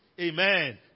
Amen